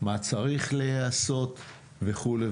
מה צריך להיעשות וכו'.